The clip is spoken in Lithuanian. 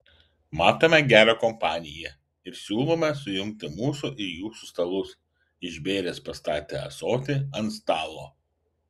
matome gerą kompaniją ir siūlome sujungti mūsų ir jūsų stalus išbėręs pastatė ąsotį ant stalo